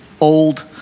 old